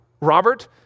Robert